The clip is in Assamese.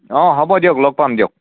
অ হ'ব দিয়ক লগ পাম দিয়ক